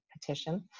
petition